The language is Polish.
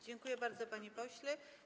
Dziękuję bardzo, panie pośle.